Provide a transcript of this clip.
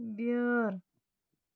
بیٲر